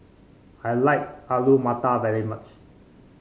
I like Alu Matar very much